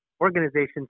organizations